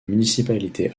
municipalité